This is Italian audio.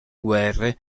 guerre